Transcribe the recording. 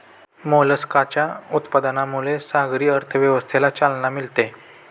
मोलस्काच्या उत्पादनामुळे सागरी अर्थव्यवस्थेला चालना मिळते